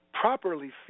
properly